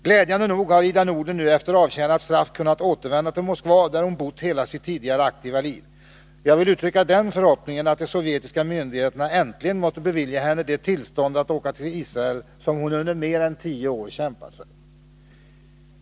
Glädjande nog har Ida Nudel nu efter avtjänat straff kunnat återvända till Moskva, där hon bott hela sitt tidigare aktiva liv. Jag vill uttrycka den förhoppningen att de sovjetiska myndigheterna äntligen måtte bevilja henne det tillstånd att åka till Israel som hon under mer än tio år kämpat för.